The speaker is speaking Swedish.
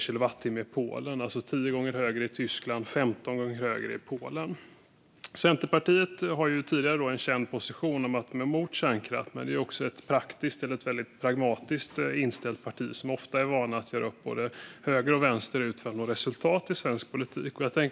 De var alltså tio gånger högre i Tyskland och femton gånger högre i Polen. Centerpartiet har sedan tidigare en känd position. De är emot kärnkraft. Men det är också ett pragmatiskt inställt parti där man är van att göra upp både höger och vänsterut för att nå resultat i svensk politik.